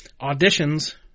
auditions